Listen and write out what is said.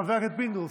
פינדרוס,